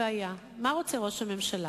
רגע, תשמע,